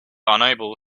unable